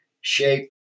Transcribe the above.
shape